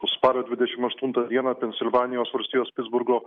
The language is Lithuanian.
spalio dvidešim aštuntą dieną pensilvanijos valstijos pitsburgo